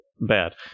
bad